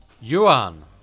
Yuan